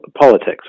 politics